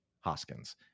Hoskins